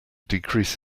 decrease